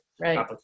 Right